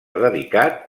dedicat